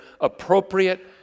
appropriate